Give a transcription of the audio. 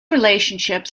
relationships